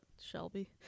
Shelby